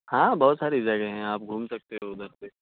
ہاں بہت ساری جگہیں ہیں آپ گھوم سکتے ہو ادھر سے